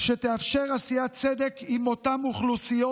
שתאפשר עשיית צדק עם אותן אוכלוסיות,